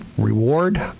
Reward